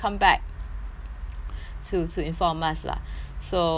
to to inform us lah so but then again